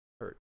Hurt